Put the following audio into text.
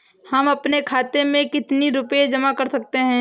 हम अपने खाते में कितनी रूपए जमा कर सकते हैं?